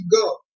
go